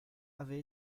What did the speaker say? avait